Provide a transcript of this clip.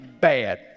Bad